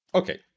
okay